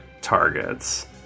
targets